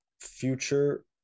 future